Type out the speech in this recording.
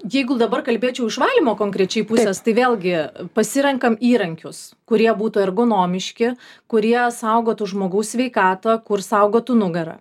jeigu dabar kalbėčiau iš valymo konkrečiai pusės tai vėlgi pasirenkam įrankius kurie būtų ergonomiški kurie saugotų žmogaus sveikatą kur saugotų nugarą